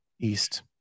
East